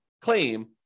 claim